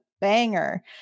banger